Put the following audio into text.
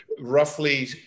roughly